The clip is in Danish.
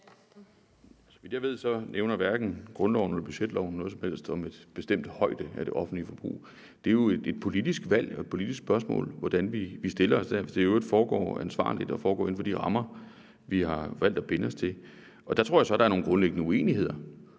Så vidt jeg ved, nævner hverken grundloven eller budgetloven noget som helst om en bestemt højde af det offentlige forbrug. Det er jo et politisk valg og et politisk spørgsmål, hvordan vi stiller os der – og at det i øvrigt foregår ansvarligt og foregår inden for de rammer, vi har valgt at binde os til. Og der tror jeg så at der er nogle grundlæggende uenigheder